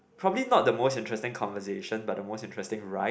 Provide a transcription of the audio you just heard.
probably not the most interesting conversation but the most interesting ride